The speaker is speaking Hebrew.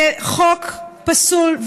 זה חוק פסול.